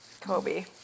Kobe